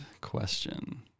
question